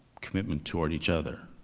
commitment toward each other.